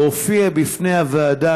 להופיע בפני הוועדה,